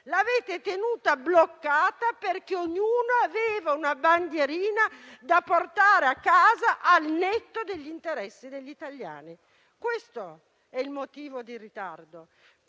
la legge di bilancio perché ognuno aveva una bandierina da portare a casa, al netto degli interessi degli italiani. Questo è il motivo del ritardo;